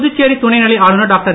புதுச்சேரி துணைநிலை ஆளுநர் டாக்டர்